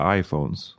iPhones